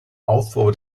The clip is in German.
aufbau